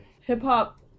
Hip-hop